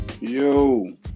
Yo